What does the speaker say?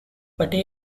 patel